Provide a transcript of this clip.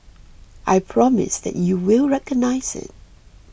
I promise that you will recognise it